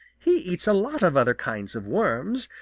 he eats a lot of other kinds of worms,